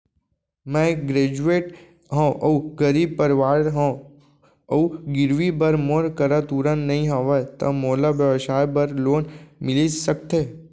मैं ग्रेजुएट हव अऊ गरीब परवार से हव अऊ गिरवी बर मोर करा तुरंत नहीं हवय त मोला व्यवसाय बर लोन मिलिस सकथे?